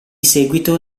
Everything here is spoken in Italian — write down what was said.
seguito